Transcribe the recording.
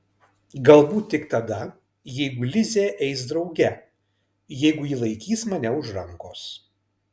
galbūt tik tada jeigu lizė eis drauge jeigu ji laikys mane už rankos